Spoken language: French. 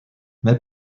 mais